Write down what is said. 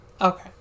Okay